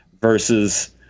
versus